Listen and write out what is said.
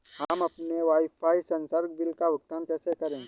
हम अपने वाईफाई संसर्ग बिल का भुगतान कैसे करें?